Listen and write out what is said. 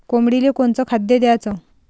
कोंबडीले कोनच खाद्य द्याच?